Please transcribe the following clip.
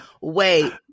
wait